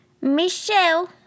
Michelle